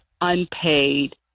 unpaid